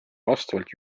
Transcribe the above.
vastavalt